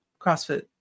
crossfit